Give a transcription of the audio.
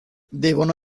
devono